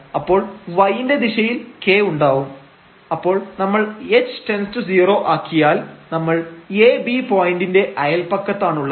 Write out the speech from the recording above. അപ്പോൾ y ന്റെ ദിശയിൽ k ഉണ്ടാവും അപ്പോൾ നമ്മൾ h→0 ആക്കിയാൽ നമ്മൾ ab പോയന്റിന്റെ അയൽപക്കത്താണുള്ളത്